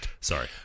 Sorry